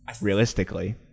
realistically